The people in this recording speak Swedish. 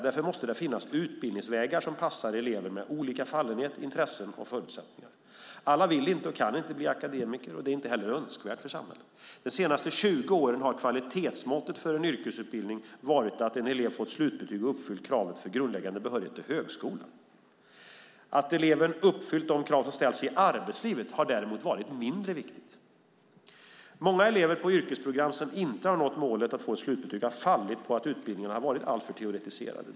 Därför måste det finnas utbildningsvägar som passar elever med olika fallenhet, intressen och förutsättningar. Alla vill inte och kan inte bli akademiker, och det är heller inte önskvärt för samhället. De senaste 20 åren har kvalitetsmåttet för en yrkesutbildning varit att en elev fått slutbetyg och uppfyllt kraven för grundläggande behörighet till högskolan. Att eleven uppfyllt de krav som ställs i arbetslivet har däremot varit mindre viktigt. Många elever på yrkesprogram som inte nått målet att få ett slutbetyg har fallit på att utbildningarna varit alltför teoretiserade.